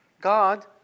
God